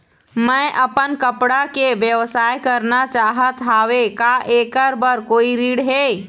मैं अपन कपड़ा के व्यवसाय करना चाहत हावे का ऐकर बर कोई ऋण हे?